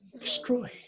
destroy